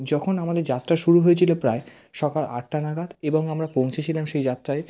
যখন আমাদের যাত্রা শুরু হয়েছিল প্রায় সকাল আটটা নাগাদ এবং আমরা পৌঁছেছিলাম সেই যাত্রায়